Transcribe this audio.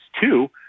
two